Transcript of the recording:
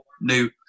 new